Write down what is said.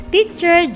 Teacher